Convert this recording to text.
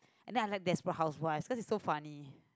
and then I like desperate housewives cause it's so funny